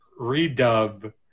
redub